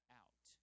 out